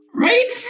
Right